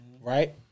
right